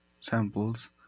Samples